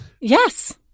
Yes